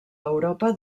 europa